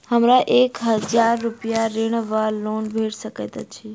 हमरा एक हजार रूपया ऋण वा लोन भेट सकैत अछि?